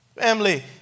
Family